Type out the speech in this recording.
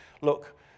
look